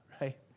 right